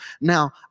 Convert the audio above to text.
Now